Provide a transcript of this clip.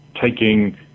taking